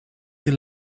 the